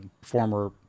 former